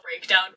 breakdown